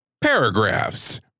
paragraphs